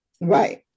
Right